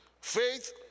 Faith